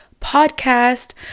podcast